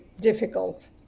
difficult